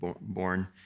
born